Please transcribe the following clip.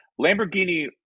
lamborghini